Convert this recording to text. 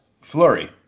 Flurry